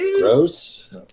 Gross